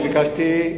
אני ביקשתי,